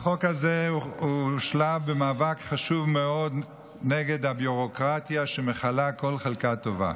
החוק הזה הוא שלב במאבק חשוב מאוד נגד הביורוקרטיה שמכלה כל חלקה טובה.